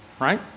right